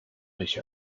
mich